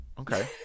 Okay